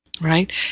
Right